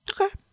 okay